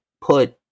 put